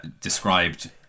described